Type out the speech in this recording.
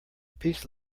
peace